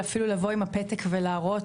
אפילו לבוא עם הפתק ולהראות,